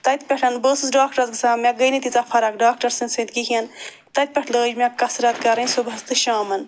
تَتہِ پٮ۪ٹھ بہٕ ٲسٕس ڈاکٹرَس گژھان مےٚ گٔے نہٕ تیٖژاہ فرق ڈاکٹر سٕنٛد سۭتۍ کِہیٖنۍ تَتہِ پٮ۪ٹھ لٲج مےٚ کثرت کرٕنۍ صُبحس تہٕ شامَن